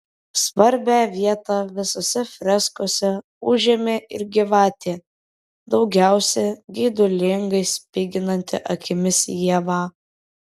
svarbią vietą visose freskose užėmė ir gyvatė daugiausiai geidulingai spiginanti akimis į ievą